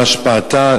מה השפעתו,